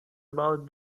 about